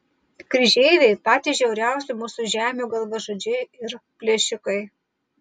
kryžeiviai patys žiauriausi mūsų žemių galvažudžiai ir plėšikai